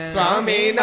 Swami